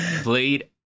played